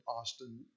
Austin